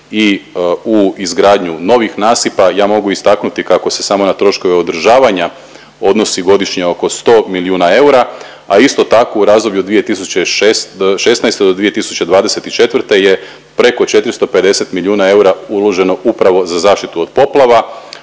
i u izgradnju novih nasipa. Ja mogu istaknuti kako se samo na troškove održavanja odnosi godišnje oko 100 milijuna eura, a isto tako u razdoblju od 2016. do 2024. je preko 450 milijuna eura uloženo upravo za zaštitu od poplava